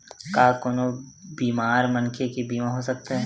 का कोनो बीमार मनखे के बीमा हो सकत हे?